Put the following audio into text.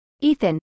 Ethan